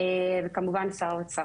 וכמובן שר האוצר.